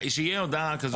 שתהיה הודעה כזאת.